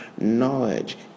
knowledge